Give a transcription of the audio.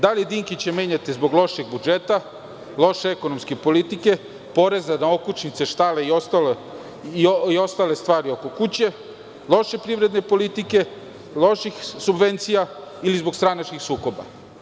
Da li Dinkića menjate zbog lošeg budžeta, loše ekonomske politike, poreza na okućnice, štale i ostale stvari oko kuće, loše privredne politike, loših subvencija ili zbog stranačkih sukoba?